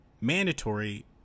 mandatory